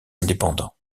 indépendants